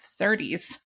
30s